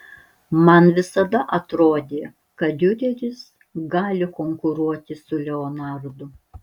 man visada atrodė kad diureris gali konkuruoti su leonardu